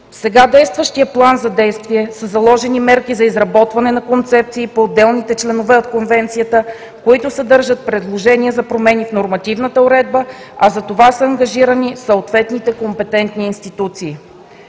сега действащия План за действие са заложени мерки за изработване на концепции по отделните членове на Конвенцията, които съдържат предложения за промени в нормативната уредба, а за това са ангажирани съответните компетентни институции.